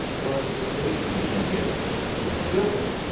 was the state engineer who had built it,